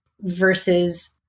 versus